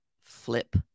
flip